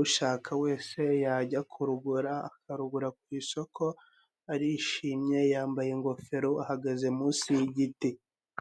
ushaka wese yajya kurugura akarugura ku isoko, arishimye yambaye ingofero, ahagaze munsi y'igiti.